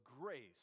grace